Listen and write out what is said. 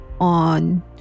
on